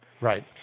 Right